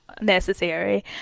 necessary